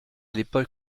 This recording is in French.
l’époque